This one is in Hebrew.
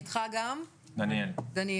כן,